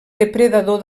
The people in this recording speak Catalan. depredador